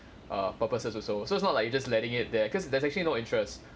err purposes also so it's not like you just letting it there because there's actually no interest